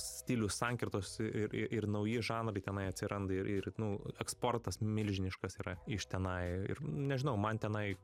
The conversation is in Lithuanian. stilių sankirtos ir ir ir ir nauji žanrai tenai atsiranda ir ir nu eksportas milžiniškas yra iš tenai ir nežinau man tenai